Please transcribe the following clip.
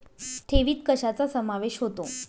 ठेवीत कशाचा समावेश होतो?